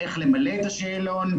איך למלא את השאלון,